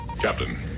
Captain